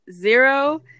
zero